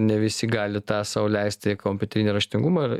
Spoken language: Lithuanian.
ne visi gali tą sau leisti kompiuterinį raštingumą ir